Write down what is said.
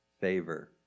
favor